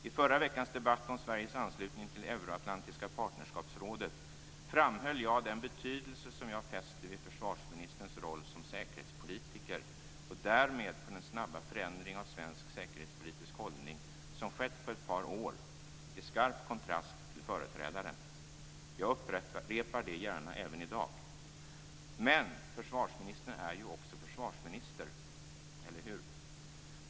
I förra veckans debatt om Sveriges anslutning till Euroatlantiska partnerskapsrådet framhöll jag den betydelse jag fäster vid försvarsministerns roll som säkerhetspolitiker, och därmed för den snabba förändring av svensk säkerhetspolitisk hållning som skett på ett par år, i skarp kontrast till företrädaren. Jag upprepar det gärna även i dag. Men försvarsministern är ju också försvarsminister - eller hur?